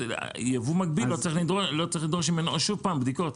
ייבוא מקביל לא צריך לדרוש ממנו שוב בדיקות.